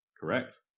Correct